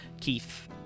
keith